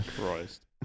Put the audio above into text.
Christ